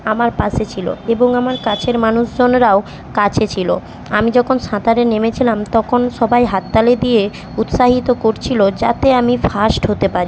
আমার পাশে ছিলো এবং আমার কাছের মানুষজনেরাও কাছে ছিলো আমি যখন সাঁতারে নেমেছিলাম তখন সবাই হাততালি দিয়ে উৎসাহিত করছিলো যাতে আমি ফার্স্ট হতে পারি